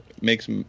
makes